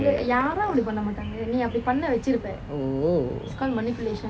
oh